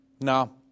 No